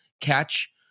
catch